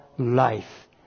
life